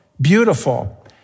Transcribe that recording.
beautiful